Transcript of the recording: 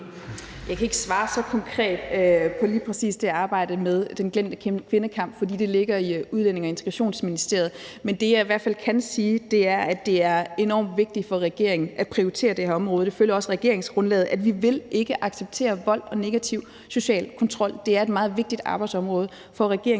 Jeg kan ikke svare så konkret på lige præcis det arbejde med den glemte kvindekamp, fordi det ligger i Udlændinge- og Integrationsministeriet. Men det, jeg i hvert fald kan sige, er, at det er enormt vigtigt for regeringen at prioritere det her område, og det følger også af regeringsgrundlaget, at vi ikke vil acceptere vold og negativ social kontrol. Så det er et meget vigtigt arbejdsområde for regeringen,